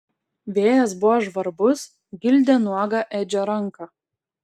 vėjas buvo žvarbus gildė nuogą edžio ranką